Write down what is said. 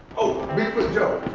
oh, bigfoot joe,